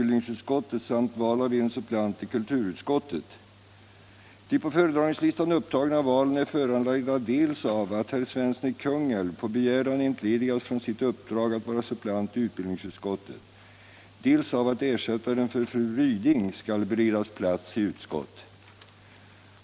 De på föredragningslistan upptagna valen är föranledda dels av att herr Svensson i Kungälv på begäran entledigats från sitt uppdrag att vara suppleant i utbildningsutskottet, dels av att ersättaren för fru Ryding skall beredas plats i utskott.